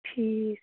ٹھیٖک